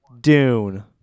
Dune